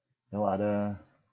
no other